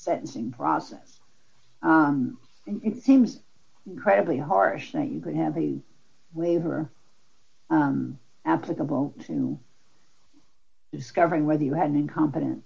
sentencing process you seem incredibly harsh that you could have a waiver applicable to discovering whether you had an incompetent